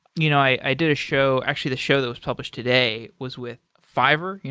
you know i did a show actually, the show that was published today was with fiverr,